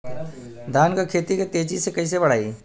धान क खेती के तेजी से कइसे बढ़ाई?